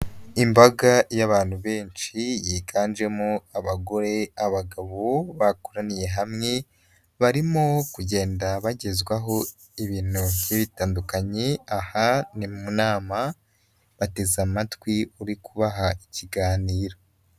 Imbaga y'abantu benshi yiganjemo abagore, abagabo, bakoraniye hamwe, barimo kugenda bagezwaho ibintu bitandukanye, aha ni mu nama bateze amatwi uri kubaha ikiganiro.